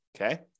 Okay